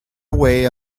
away